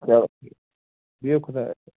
چلو بِہِو خۄدایس